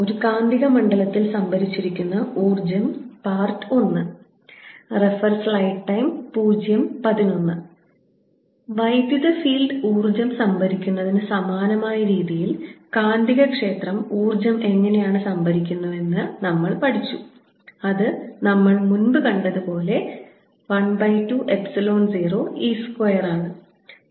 ഒരു കാന്തിക മണ്ഡലത്തിൽ സംഭരിച്ചിരിക്കുന്ന ഊർജ്ജം I വൈദ്യുത ഫീൽഡ് ഊർജ്ജം സംഭരിക്കുന്നതിന് സമാനമായ രീതിയിൽ കാന്തികക്ഷേത്രം ഊർജ്ജം സംഭരിക്കുന്നുവെന്ന് നമ്മൾ പഠിച്ചു അത് നമ്മൾ മുൻപ് കണ്ടതുപോലെ 12 എപ്സിലോൺ 0 E സ്ക്വയറാണ്